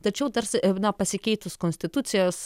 tačiau tarsi na pasikeitus konstitucijos